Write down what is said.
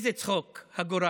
איזה צחוק הגורל,